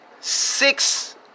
six